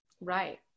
Right